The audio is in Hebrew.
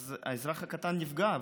אז האזרח הקטן נפגע,